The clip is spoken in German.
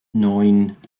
neun